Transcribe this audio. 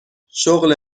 شغل